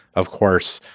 of course,